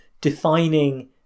defining